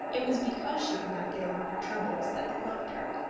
it was because she could not get over her troubles that they loved her.